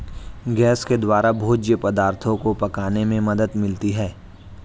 gas के द्वारा भोज्य पदार्थो को पकाने में मदद मिलती है